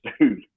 dude